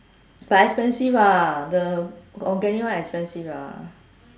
but expensive ah the organic one expensive ah